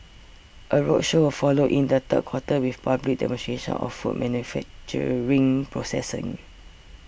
a roadshow will follow in the third quarter with public demonstrations of food manufacturing processing